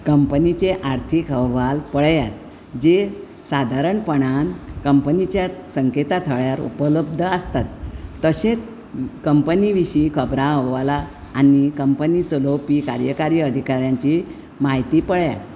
कंपनीचे अर्थीक अहवाल पळयात जे सादारणपणान कंपनीच्या संकेता थळ्यार उपलब्ध आसतात तशेंच कंपनी विशीं खबरां अहवाल आनी कंपनी चलोवपी कार्यकारी अधिकाऱ्यांची म्हायती पळयात